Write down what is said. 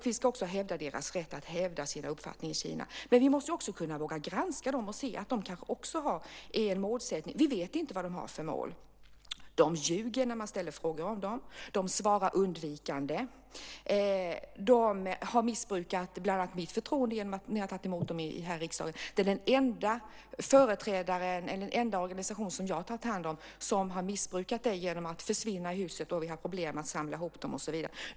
Vi ska också hävda dess rätt att hävda sin uppfattning i Kina. Men vi måste också kunna våga granska den och dess målsättning. Vi vet inte vad den har för mål. De ljuger när man ställer frågor om det. De svarar undvikande. De har missbrukat bland annat mitt förtroende när jag har tagit emot dem här i riksdagen. Det är den enda organisation som jag har tagit hand om som har missbrukat det genom att försvinna i Riksdagshuset så att vi har haft problem att samla ihop dem, och så vidare.